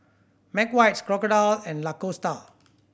McVitie's Crocodile and Lacoste